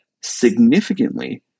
significantly